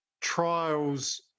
trials